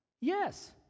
Yes